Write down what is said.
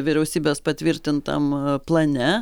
vyriausybės patvirtintam plane